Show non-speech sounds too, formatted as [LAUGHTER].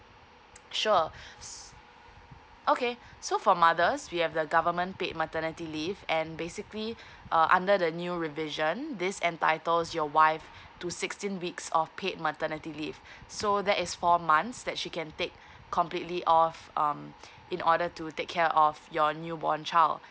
sure [BREATH] [NOISE] okay so for mothers we have the government paid maternity leave and basically uh under the new revision this entitles your wife to sixteen weeks of paid maternity leave [BREATH] so that is four months that she can take completely off um [BREATH] in order to take care of your newborn child